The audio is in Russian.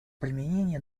применение